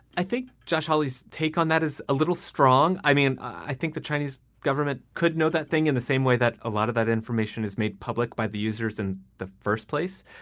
i think josh hawley's take on that is a little strong. i mean, i think the chinese government could know that thing in the same way that a lot of that information is made public by the users in the first place.